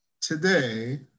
today